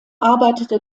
arbeitete